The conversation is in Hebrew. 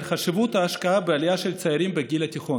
חשיבות ההשקעה בעלייה של צעירים בגיל התיכון.